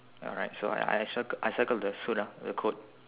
alright so I I circle I circle the suit lah the coat